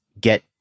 get